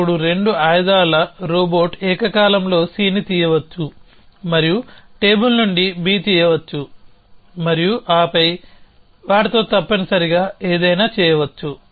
అప్పుడు రెండు ఆయుధాల రోబోట్ ఏకకాలంలో Cని తీయవచ్చు మరియు టేబుల్ నుండి B తీయవచ్చు మరియు ఆపై వాటితో తప్పనిసరిగా ఏదైనా చేయవచ్చు